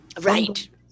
Right